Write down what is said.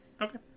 Okay